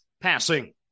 passing